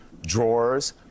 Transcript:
drawers